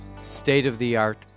state-of-the-art